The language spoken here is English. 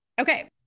Okay